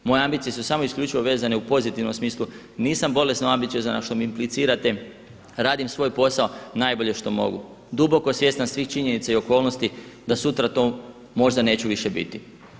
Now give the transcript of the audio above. Moje ambicije su samo isključivo vezane u pozitivnom smislu, nisam bolesno ambiciozan a što mi implicirate, radim svoj posao najbolje što mogu duboko svjestan svih činjenica i okolnosti da sutra to možda neću više biti.